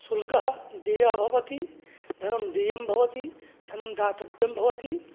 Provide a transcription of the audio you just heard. शुल्कः देयः भवति धनं देयं भवति धनं दातव्यं भवति